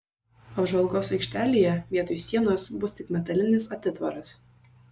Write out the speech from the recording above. apžvalgos aikštelėje vietoj sienos bus tik metalinis atitvaras